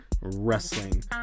wrestling